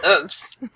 Oops